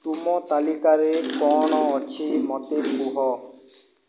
ତୁମ ତାଲିକାରେ କ'ଣ ଅଛି ମୋତେ କୁହ